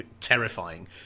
terrifying